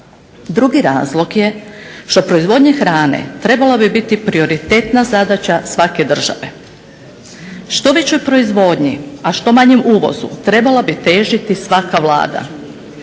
Drugi razlog je što proizvodnja hrane trebala bi biti prioritetna zadaća svake države. Što većoj proizvodnji, a što manjem uvozu trebala bi težiti svaka Vlada,